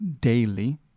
daily